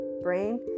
brain